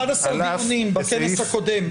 11 דיונים בכנס הקודם.